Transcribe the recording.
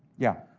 yeah.